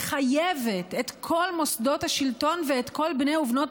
מחייבת את כל מוסדות השלטון ואת כל בני ובנות